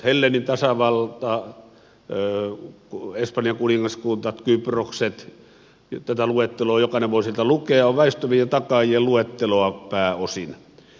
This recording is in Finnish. helleenien tasavalta espanjan kuningaskunta kyprokset tätä luetteloa jokainen voi sieltä lukea on väistyvien takaajien luetteloa pääosin